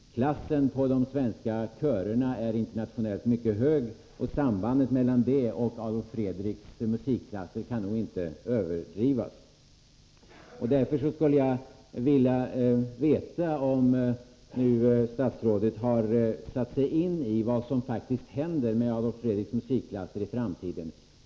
Standarden på de svenska körerna är vid en internationell jämförelse mycket hög, och sambandet mellan detta och Adolf Fredriks musikklasser kan nog inte överdrivas. Därför skulle jag vilja veta om statsrådet nu har satt sig in i vad som faktiskt kommer att hända med Adolf Fredriks musikklasser i framtiden.